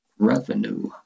revenue